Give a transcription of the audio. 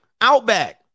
Outback